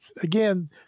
again